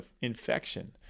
infection